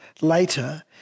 later